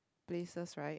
places right